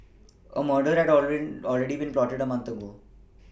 a murder had a rare already been plotted a month ago